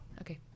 okay